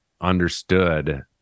understood